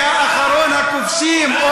יא אחרון הכובשים,